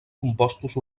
compostos